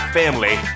family